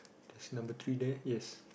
is number three there yes